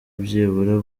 byibura